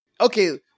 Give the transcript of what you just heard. Okay